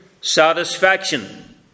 satisfaction